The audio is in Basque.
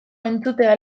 entzutea